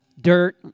dirt